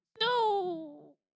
No